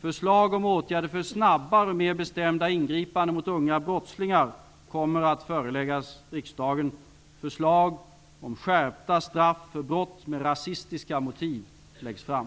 Förslag om åtgärder för snabbare och mer bestämda ingripanden mot unga brottslingar kommer att föreläggas riksdagen. Förslag om skärpta straff för brott med rasistiska motiv läggs fram.